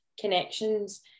connections